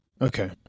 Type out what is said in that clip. Okay